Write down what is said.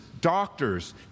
doctors